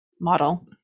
model